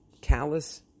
callous